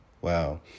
Wow